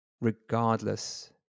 regardless